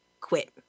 quit